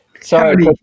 Sorry